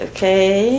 Okay